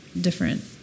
different